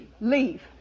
Leave